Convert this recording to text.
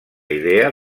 idea